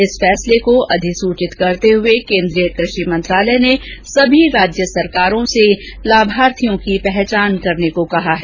इस फैसले को अधिसूचित करते हुए केन्द्रीय कृषि मंत्रालय ने सभी राज्य सरकारों लाभार्थियों की पहचान करने को कहा है